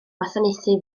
gwasanaethu